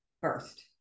first